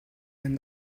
and